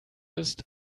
ist